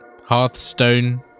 Hearthstone